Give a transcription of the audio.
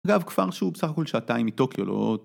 אגב, כפר שהוא בסך הכל שעתיים מטוקיו.